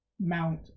Mount